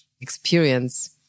experience